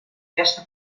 aquesta